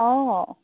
অঁ